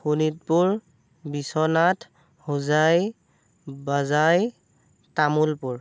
শোণিতপুৰ বিশ্বনাথ হোজাই বাজাই তামোলপুৰ